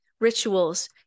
rituals